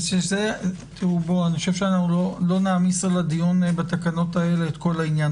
לא נעמיס על הדיון בתקנות האלה את כל העניין,